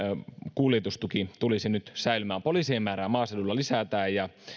kuljetustuki tulisi nyt säilymään poliisien määrää maaseudulla lisätään